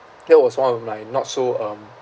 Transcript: that was one of my not so um